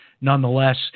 Nonetheless